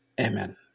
Amen